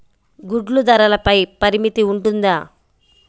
గుడ్లు ధరల పై పరిమితి ఉంటుందా?